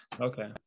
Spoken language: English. Okay